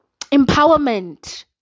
empowerment